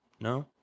No